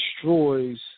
destroys